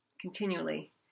continually